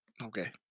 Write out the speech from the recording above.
Okay